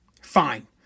Fine